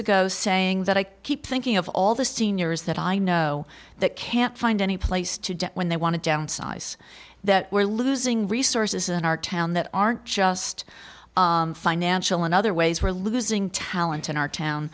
ago saying that i keep thinking of all the seniors that i know that can't find any place today when they want to downsize that we're losing resources in our town that aren't just financial in other ways we're losing talent in our town